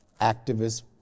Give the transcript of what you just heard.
activist